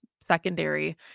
secondary